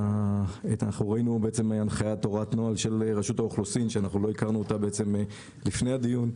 ראינו הנחיית נוהל של רשות האוכלוסין שלא הכרנו אותה לפני הדיון,